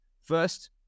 First